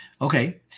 Okay